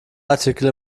artikel